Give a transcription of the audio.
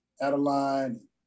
Adeline